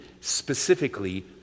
specifically